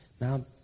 Now